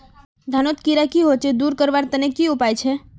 धानोत कीड़ा की होचे दूर करवार तने की उपाय छे?